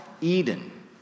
Eden